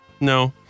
No